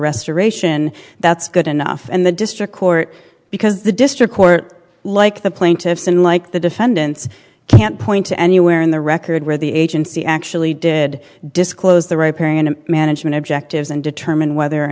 restoration that's good enough and the district court because the district court like the plaintiffs unlike the defendants can't point to anywhere in the record where the agency actually did disclose the right period of management objectives and determine whether or